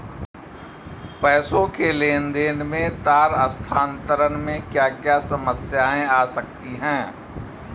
पैसों के लेन देन में तार स्थानांतरण में क्या क्या समस्याएं आ सकती हैं?